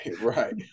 right